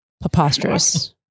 preposterous